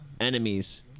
enemies